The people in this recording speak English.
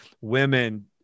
women